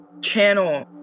channel